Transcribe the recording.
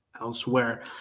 elsewhere